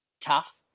tough